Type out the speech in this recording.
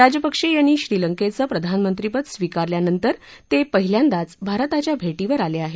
राज्यपक्षे यांनी श्रीलंकेचं प्रधानमंत्रीपद स्वीकारल्यानंतर ते पहिल्यांदाच भारताच्या भेटीवर आले आहेत